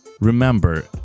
Remember